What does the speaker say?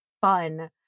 fun